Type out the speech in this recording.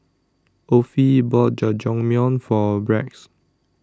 Offie bought Jajangmyeon For Rex